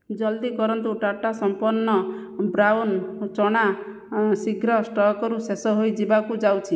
ଜଲ୍ଦି କରନ୍ତୁ ଟାଟା ସମ୍ପନ୍ନ ବ୍ରାଉନ୍ ଚଣା ଶୀଘ୍ର ଷ୍ଟକ୍ରୁ ଶେଷ ହୋଇଯିବାକୁ ଯାଉଛି